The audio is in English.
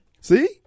See